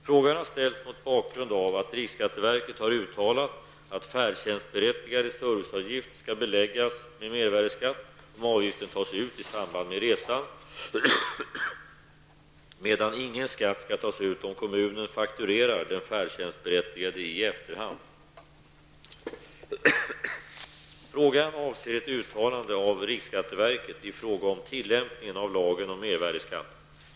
Frågan har ställts mot bakgrund av att riksskatteverket har uttalat att färdtjänstberättigades serviceavgift skall beläggas med mervärdeskatt om avgiften tas ut i samband med resan, medan ingen skatt skall tas ut om kommunen fakturerar den färdtjänstberättigade i efterhand. Frågan avser ett uttalande av riksskatteverket i fråga om tillämpningen av lagen om mervärdeskatt.